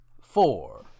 four